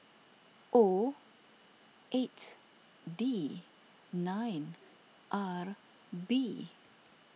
O eight D nine R B